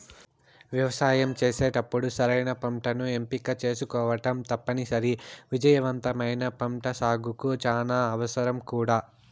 వ్యవసాయం చేసేటప్పుడు సరైన పంటను ఎంపిక చేసుకోవటం తప్పనిసరి, విజయవంతమైన పంటసాగుకు చానా అవసరం కూడా